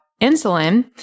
insulin